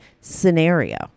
scenario